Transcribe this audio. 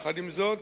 עם זאת,